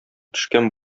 төшкән